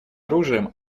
оружием